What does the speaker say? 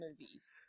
movies